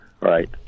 Right